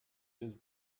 this